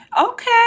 Okay